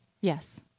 Yes